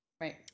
Right